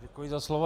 Děkuji za slovo.